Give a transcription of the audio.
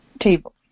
table